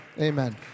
Amen